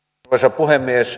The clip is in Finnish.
arvoisa puhemies